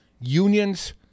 unions